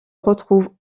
retrouve